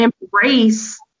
embrace